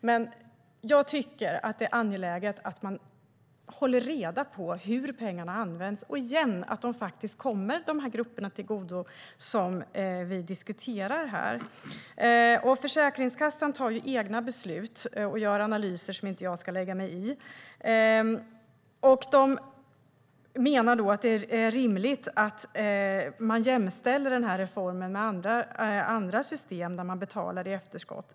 Men jag tycker att det är angeläget att hålla reda på hur pengarna används och - igen - se till att de faktiskt kommer de grupper till godo som vi diskuterar. Försäkringskassan tar egna beslut och gör analyser som jag inte ska lägga mig i. De menar att det är rimligt att man jämställer den här reformen med andra system där man betalar i efterskott.